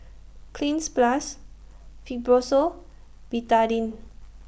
Cleanz Plus Fibrosol Betadine